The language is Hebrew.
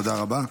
תודה רבה.